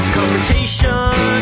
Confrontation